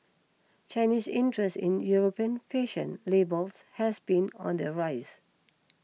Chinese interest in European fashion labels has been on the rise